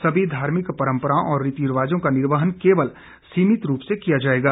सभी धार्मिक परंपराओं और रीति रिवाजों का निर्वहन केवल सीमित रूप से किया जाएगा